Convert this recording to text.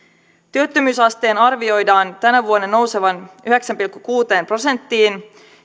työttömyysasteen arvioidaan tänä vuonna nousevan yhdeksään pilkku kuuteen prosenttiin